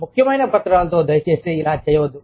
ముఖ్యమైన పత్రాలతో దయచేసి ఇలా చేయవద్దు